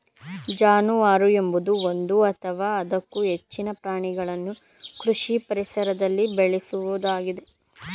ಜಾನುವಾರು ಎಂಬುದು ಒಂದು ಅಥವಾ ಅದಕ್ಕೂ ಹೆಚ್ಚಿನ ಪ್ರಾಣಿಗಳನ್ನು ಕೃಷಿ ಪರಿಸರದಲ್ಲಿ ಬೇಳೆಸೋದಾಗಿದೆ